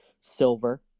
silver